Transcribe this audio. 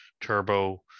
turbo